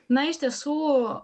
na iš tiesų